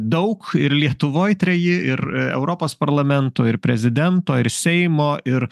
daug ir lietuvoj treji ir europos parlamento ir prezidento ir seimo ir